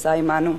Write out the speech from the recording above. שנמצא עמנו,